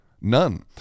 None